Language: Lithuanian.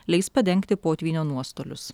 leis padengti potvynio nuostolius